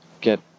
get